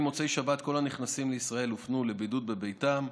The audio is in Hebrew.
ממוצאי שבת כל הנכנסים לישראל הופנו לבידוד בביתם,